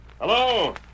Hello